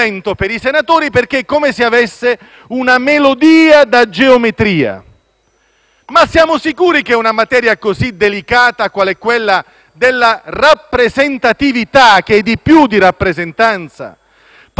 Ma siamo sicuri che una materia così delicata, qual è quella della rappresentatività (che è di più di rappresentanza), possa inchinarsi a una questione di estetica della dicitura numerica?